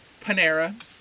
Panera